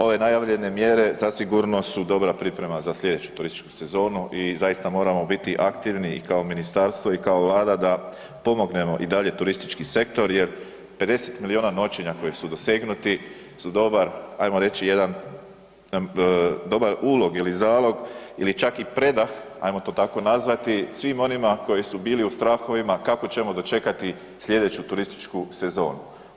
Ove najavljene mjere zasigurno su dobra priprema za sljedeću turističku sezonu i zaista moramo biti aktivni i kao ministarstvo i kao Vlada da pomognemo i dalje turistički sektor jer 50 milijuna noćenja koji su dosegnuti su dobar ajmo reći jedan, dobar ulog ili zalog ili čak i predah, ajmo to tako nazvati, svima onima koji su bili u strahovima kako ćemo dočekati sljedeću turističku sezonu.